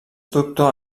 doctor